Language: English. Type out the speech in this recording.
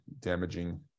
damaging